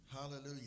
Hallelujah